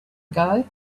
ago